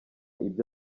ibyo